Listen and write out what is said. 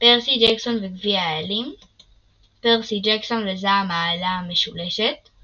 פרסי ג'קסון וגביע האלים פרסי ג'קסון וזעם האלה המשולשת